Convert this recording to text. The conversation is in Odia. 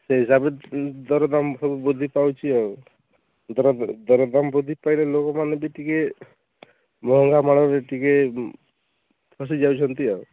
ସେହି ହିସାବରେ ଦର ଦାମ୍ ସବୁ ବୃଦ୍ଧି ପାଉଛି ଆଉ ଦର ଦରଦାମ୍ ବୃଦ୍ଧି ପାଇଲେ ଲୋକମାନେ ବି ଟିକେ ମହଙ୍ଗା ମାଡ଼ରେ ଟିକେ ଫସି ଯାଉଛନ୍ତି ଆଉ